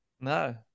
No